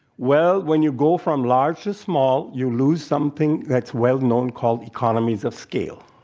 well, when you go from large to small, you lose something that's well-known called economies of scale.